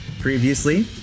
Previously